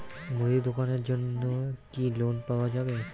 মুদি দোকানের জন্যে কি লোন পাওয়া যাবে?